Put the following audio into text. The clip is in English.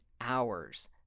hours